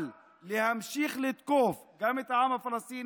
אבל להמשיך לתקוף גם את העם הפלסטיני,